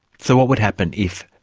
so what would happen if,